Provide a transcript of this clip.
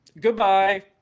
Goodbye